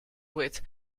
with